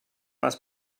must